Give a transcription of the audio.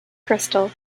crystal